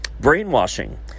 Brainwashing